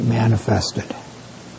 manifested